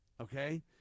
Okay